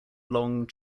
long